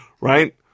Right